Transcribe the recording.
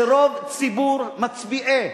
רוב ציבור מצביעי,